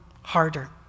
harder